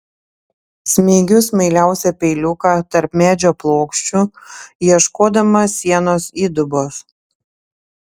smeigiu smailiausią peiliuką tarp medžio plokščių ieškodama sienos įdubos